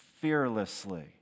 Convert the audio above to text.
fearlessly